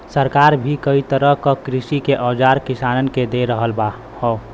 सरकार भी कई तरह क कृषि के औजार किसानन के दे रहल हौ